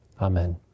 Amen